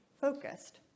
focused